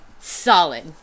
solid